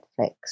Netflix